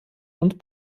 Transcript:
und